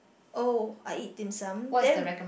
oh I eat Dim Sum then